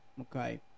Okay